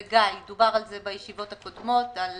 גיא, דובר על זה בישיבות הקודמת, על